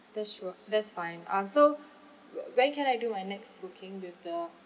that's true ah that's fine um so whe~ when can I do my next booking with the